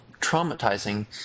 traumatizing